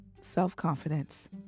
self-confidence